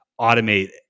automate